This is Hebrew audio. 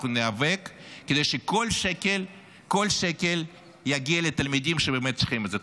אנחנו ניאבק כדי שכל שקל יגיע לתלמידים שבאמת צריכים את זה.